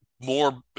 more